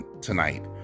tonight